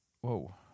Whoa